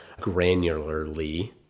granularly